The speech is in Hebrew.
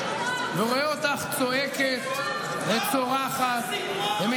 מה אתה משטה בכולם, שר האוצר, מה עם